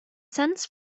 sends